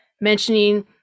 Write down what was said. mentioning